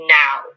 now